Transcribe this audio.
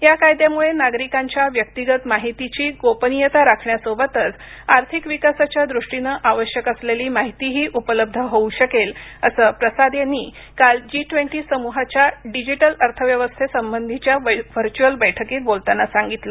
या कायद्यामुळे नागरिकांच्या व्यक्तिगत माहिती गोपनीयता राखण्यासोबतच आर्थिक विकासाच्या दृष्टीनं आवश्यक असलेली माहितीही उपलब्ध होऊ शकेल असं प्रसाद यांनी काल जी ट्वेंटी समुहाच्या डिजिटल अर्थव्यवस्थेसंबंधीच्या व्हर्च्य्अल बैठकीत बोलताना सांगितलं